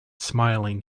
smiling